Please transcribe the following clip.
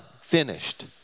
finished